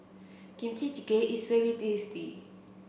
Kimchi Jjigae is very tasty